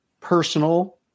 personal